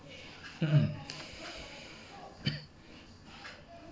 mmhmm